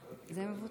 אני מחכה לזה.